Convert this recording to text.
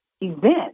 event